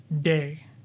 day